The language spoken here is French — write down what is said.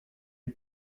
est